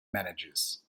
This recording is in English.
managers